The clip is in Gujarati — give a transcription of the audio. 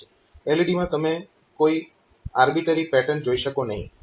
LED માં તમે કોઈ આર્બિટરી પેટર્ન જોઈ શકો નહીં